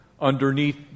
underneath